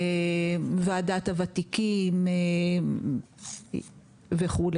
ועדת הוותיקים וכו'.